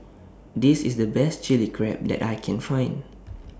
This IS The Best Chilli Crab that I Can Find